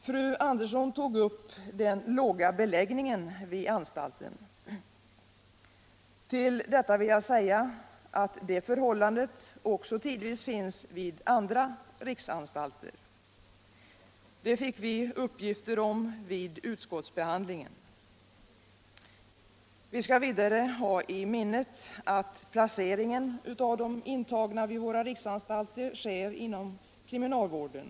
Fru Andersson tog upp den låga beläggningen vid anstalten. Med anledning härav vill jag säga att en sådan tidvis finns också vid andra riksanstalter. Det fick vi uppgifter om vid utskottsbehandlingen. Vi skall vidare hålla i minnet att placeringen av de intagna vid våra riksanstalter sker inom kriminalvården.